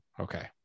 Okay